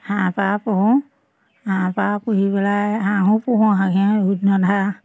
হাঁহ পাৰ পুহোঁ হাঁহ পাৰ পুহি পেলাই হাঁহো পুহোঁ হাঁহে